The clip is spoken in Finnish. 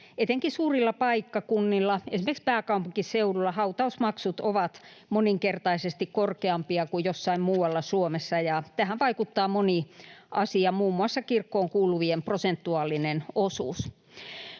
Etenkin suurilla paikkakunnilla, esimerkiksi pääkaupunkiseudulla, hautausmaksut ovat moninkertaisesti korkeampia kuin jossain muualla Suomessa, ja tähän vaikuttaa moni asia, muun muassa kirkkoon kuuluvien prosentuaalinen osuus.